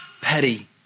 petty